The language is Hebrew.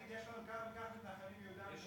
אחרי זה מתנכלים להם.